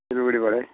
सिलगढीबाटै